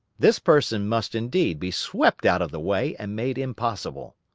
this person must, indeed, be swept out of the way, and made impossible.